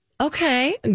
Okay